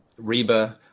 Reba